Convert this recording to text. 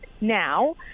now